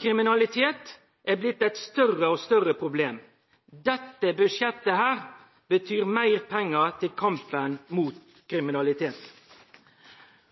kriminalitet er blitt eit større og større problem. Dette budsjettet betyr meir pengar til kampen mot kriminalitet.